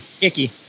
icky